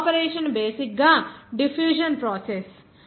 ఈ evaporation basic గా diffusion process